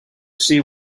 see